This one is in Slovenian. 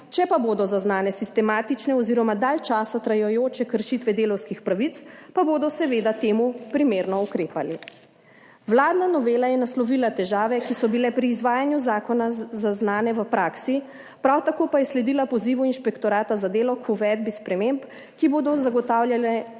Če pa bodo zaznane sistematične oz. dalj časa trajajoče kršitve delavskih pravic, pa bodo seveda temu primerno ukrepali. Vladna novela je naslovila težave, ki so bile pri izvajanju zakona zaznane v praksi, prav tako pa je sledila pozivu Inšpektorata za delo k uvedbi sprememb, ki bodo zagotavljale